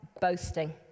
boasting